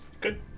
Good